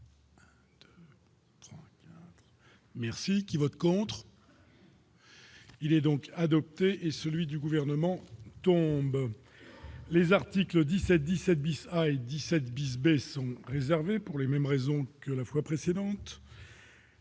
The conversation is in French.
amendement. Merci qui vote contre. Il est donc adopté est celui du gouvernement tombe, les articles 17 17 bis a 17 bis Besson réservés pour les mêmes raisons que la fois précédente.